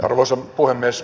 arvoisa puhemies